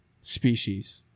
species